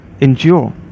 endure